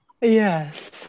yes